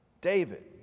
David